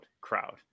crowd